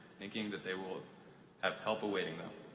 thinking that they will have help awaiting them,